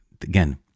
again